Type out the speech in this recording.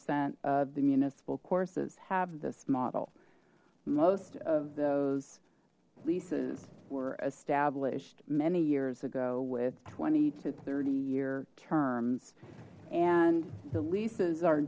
cent of the municipal courses have this model most of those leases were established many years ago with twenty to thirty year terms and the leases are